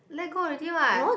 let go already what